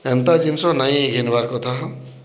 ଏନ୍ତା ଜିନିଷ ନାଇଁ ଘିନ୍ବାର୍ କଥା ହୋ